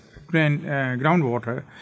groundwater